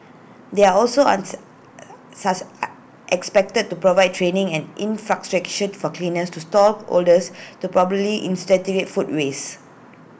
they are also expected to provide training and infrastructure for cleaners to stall holders to properly in segregate food waste